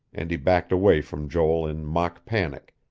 and he backed away from joel in mock panic,